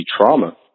trauma